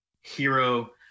hero